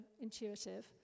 intuitive